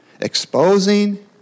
Exposing